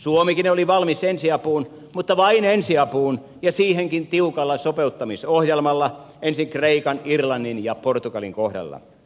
suomikin oli valmis ensiapuun mutta vain ensiapuun ja siihenkin tiukalla sopeuttamisohjelmalla ensin kreikan irlannin ja portugalin kohdalla